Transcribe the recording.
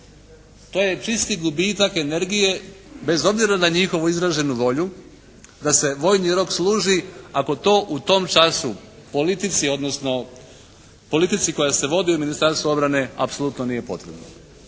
To je čisti gubitak energije bez obzira na njihovu izraženu volju da se vojni rok služi ako to u tom času politici odnosno politici koja se vodi u Ministarstvu obrane apsolutno nije potrebno.